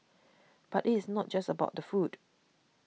but it is not just about the food